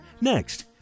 next